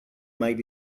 might